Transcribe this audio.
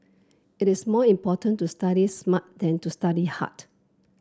it is more important to study smart than to study hard